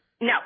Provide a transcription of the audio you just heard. No